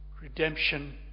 Redemption